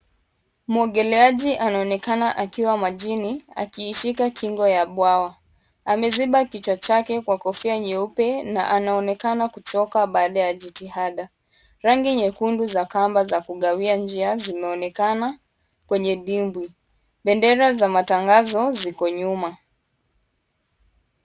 Muogeleaji anaonekana akiwa majini akiishika kingo ya bwawa. Ameziba kichwa chake kwa kofia nyeupe na anaonekana kuchoka baada ya jitihada. Rangi nyekundu za kamba za kugawia njia zimeonekana kwenye dimbwi. Bendera za matangazo ziko nyuma.